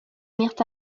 mirent